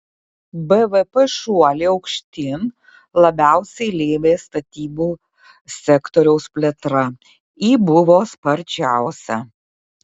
bvp šuolį aukštyn labiausiai lėmė statybų sektoriaus plėtra ji buvo sparčiausia